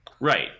Right